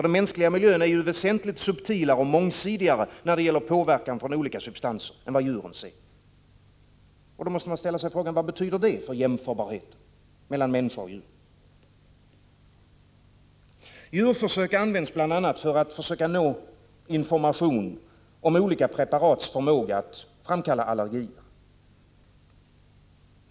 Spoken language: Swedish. Den mänskliga miljön är ju väsentligt subtilare och mångsidigare när det gäller påverkan från olika substanser än vad djurens är. Då måste man ställa sig frågan: Vad betyder detta för jämförbarheten mellan människa och djur? Djurförsök används bl.a. för att försöka nå information om olika preparats förmåga att framkalla allergier.